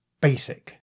Basic